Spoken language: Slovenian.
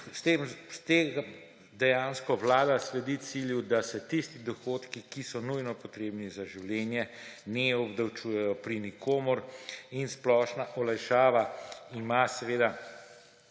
S tem dejansko vlada sledi cilju, da se tisti dohodki, ki so nujno potrebni za življenje, ne obdavčujejo pri nikomer. Splošna olajšava ima seveda